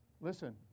Listen